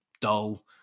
dull